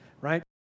right